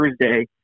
Thursday